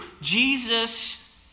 Jesus